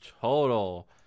total